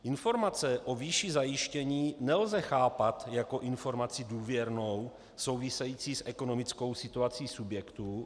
Informace o výši zajištění nelze chápat jako informaci důvěrnou, související s ekonomickou situací subjektu.